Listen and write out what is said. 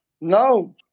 No